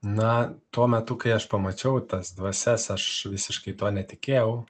na tuo metu kai aš pamačiau tas dvasias aš visiškai tuo netikėjau